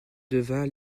devint